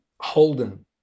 Holden